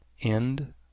End